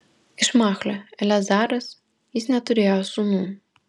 iš machlio eleazaras jis neturėjo sūnų